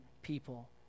people